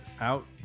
out